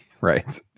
Right